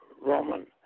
Roman